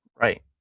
Right